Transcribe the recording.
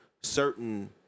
certain